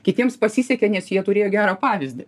kitiems pasisekė nes jie turėjo gerą pavyzdį